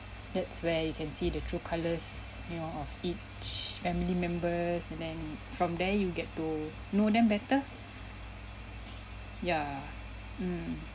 that's where you can see the true colours you know of each family members and then from there you get to know them better ya mm